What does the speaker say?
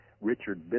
Richard